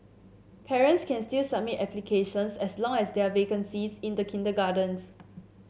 parents can still submit applications as long as there are vacancies in the kindergartens